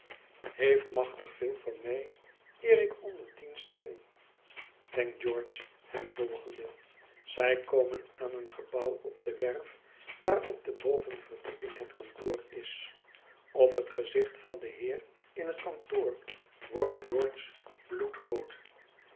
heeft machtig veel van mij eer ik onder dienst ging denkt george hem volgende zij komen aan een gebouw op de werf waar op de bovenverdieping het kantoor is op het gezicht van den heer in het kantoor wordt